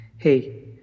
Hey